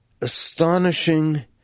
astonishing